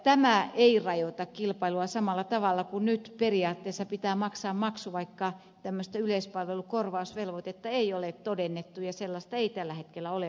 tämä ei rajoita kilpailua samalla tavalla kuin nyt kun periaatteessa pitää maksaa maksu vaikka tämmöistä yleispalvelun korvausvelvoitetta ei ole todennettu ja sellaista ei tällä hetkellä ole olemassa